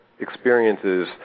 experiences